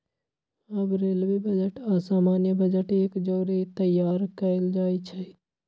अब railway budget आऽ सामान्य बजट एक जौरे तइयार कएल जाइ छइ